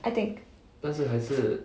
I think